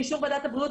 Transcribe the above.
באישור ועדת הבריאות,